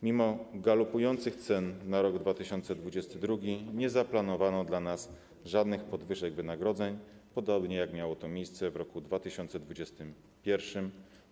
Mimo galopujących cen na rok 2022 nie zaplanowano dla nas żadnych podwyżek wynagrodzeń, podobnie jak miało to miejsce w roku 2021.